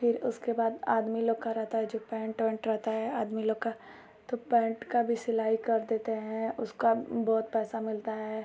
फिर उसके बाद आदमी लोग का रहता है जो पैन्ट वैन्ट रहता है आदमी लोग का तो पैन्ट का भी सिलाई कर देते हैं उसका बहुत पैसा मिलता है